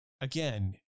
again